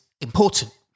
important